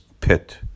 pit